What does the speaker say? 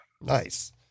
Nice